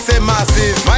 massive